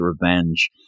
revenge